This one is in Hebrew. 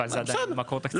אבל זה עדין מקור תקציבי,